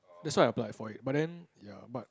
that's why I applied for it but then ya but